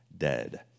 dead